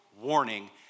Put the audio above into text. warning